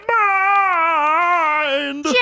mind